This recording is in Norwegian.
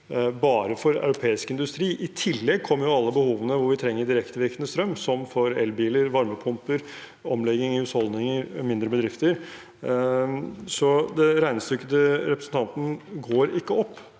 bare for europeisk industri. I tillegg kommer alle behovene hvor vi trenger direktevirkende strøm, som for elbiler, varmepumper, omlegging i husholdninger og mindre bedrifter. Regnestykket til representanten går ikke opp